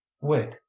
Wait